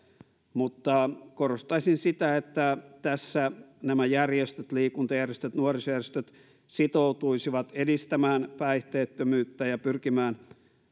mutta korostaisin sitä että tässä nämä järjestöt liikuntajärjestöt nuorisojärjestöt sitoutuisivat edistämään päihteettömyyttä ja pyrkimään